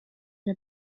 эле